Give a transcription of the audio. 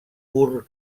pur